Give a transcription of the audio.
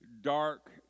dark